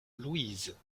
louise